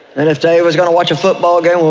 and if dave was going to watch a football game, well,